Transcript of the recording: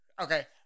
Okay